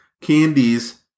candies